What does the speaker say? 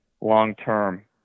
long-term